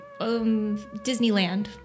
Disneyland